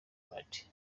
martin